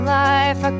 life